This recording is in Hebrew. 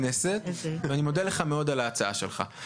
הצעת חוק לצמצום השימוש בשקיות נשיאה חד-פעמיות (תיקון,